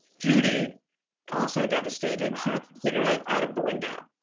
judy also devastated smoking a cigarette out of the window.